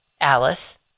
Alice